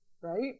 right